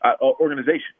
organization